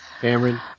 Cameron